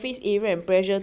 like you know